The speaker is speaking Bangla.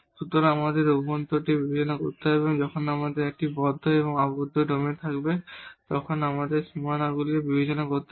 সুতরাং আমাদের ইনটিরিওরটি বিবেচনা করতে হবে এবং যখন আমাদের একটি বন্ধ এবং আবদ্ধ ডোমেন থাকবে তখন আমাদের বাউন্ডারিগুলিও বিবেচনা করতে হবে